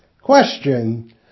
Question